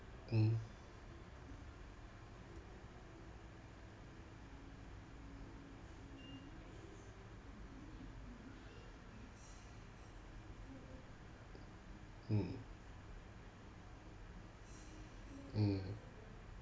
mm mm mm